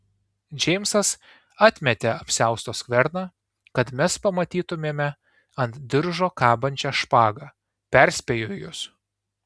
džeimsas atmetė apsiausto skverną kad mes pamatytumėme ant diržo kabančią špagą perspėju jus